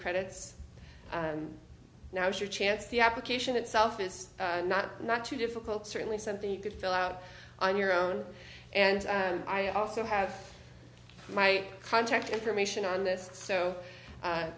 credits now's your chance the application itself is not not too difficult certainly something you could fill out on your own and i also have my contact information on this so